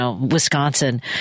Wisconsin